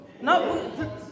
No